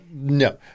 No